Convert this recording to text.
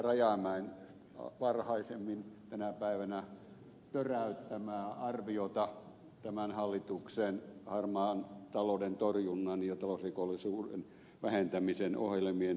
rajamäen varhaisemmin tänä päivänä töräyttämää arviota tämän hallituksen harmaan talouden torjunnan ja talousrikollisuuden vähentämisen ohjelmien toteuttamisesta